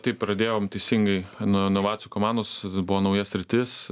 taip pradėjom teisingai nuo inovacijų komandos tada buvo nauja sritis